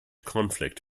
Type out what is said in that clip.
conflict